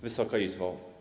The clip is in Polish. Wysoka Izbo!